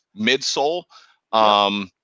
midsole